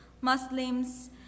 Muslims